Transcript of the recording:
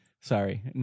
Sorry